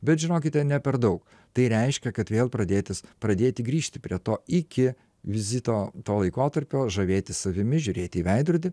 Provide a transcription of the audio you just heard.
bet žinokite ne per daug tai reiškia kad vėl pradėtis pradėti grįžti prie to iki vizito to laikotarpio žavėtis savimi žiūrėti į veidrodį